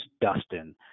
Dustin